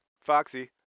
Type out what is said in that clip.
Foxy